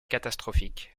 catastrophique